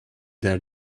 their